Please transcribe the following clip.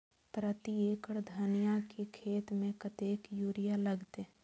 प्रति एकड़ धनिया के खेत में कतेक यूरिया लगते?